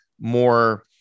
more